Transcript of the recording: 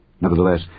Nevertheless